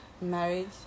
marriage